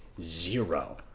zero